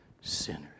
sinners